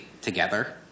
together